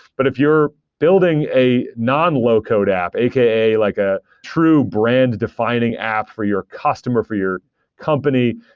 but if you're building a non-low-code app, a k a. like ah true brand defining app for your customer, for your company,